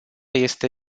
este